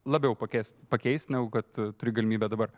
labiau pakest pakeist kad turi galimybę dabar